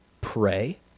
pray